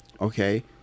okay